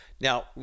Now